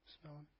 Smell